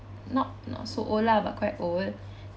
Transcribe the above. not not so old lah but quite old